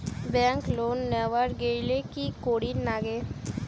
Bank loan নেওয়ার গেইলে কি করীর নাগে?